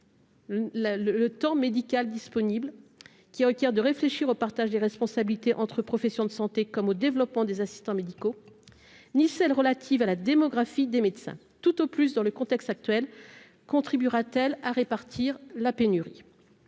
sur ce point -, qui requièrent de réfléchir au partage des responsabilités entre professions de santé comme au développement des assistants médicaux ni celles qui sont relatives à la démographie des médecins. Tout au plus, dans le contexte actuel, contribuera-t-il à répartir la pénurie.